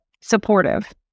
supportive